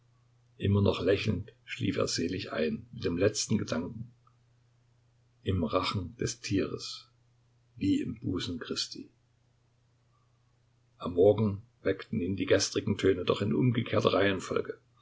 immer noch lächelnd schlief er selig ein mit dem letzten gedanken im rachen des tieres wie im busen christi am morgen weckten ihn die gestrigen töne doch in umgekehrter reihenfolge